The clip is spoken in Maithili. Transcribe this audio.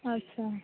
अच्छा